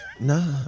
Nah